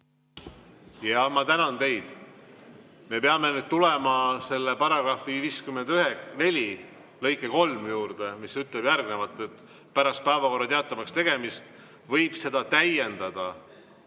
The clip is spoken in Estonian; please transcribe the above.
Ma tänan teid! Me peame nüüd tulema selle § 54 lõike 3 juurde, mis ütleb järgmist: pärast päevakorra teatavakstegemist võib seda täiendada